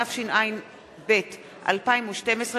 התשע"ב 2012,